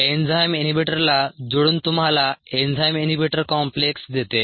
enzyme इनहिबिटरला जोडून तुम्हाला एन्झाइम इनहिबिटर कॉम्प्लेक्स देते